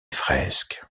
fresques